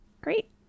Great